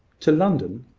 to london?